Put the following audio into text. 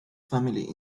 family